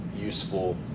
useful